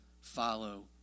follow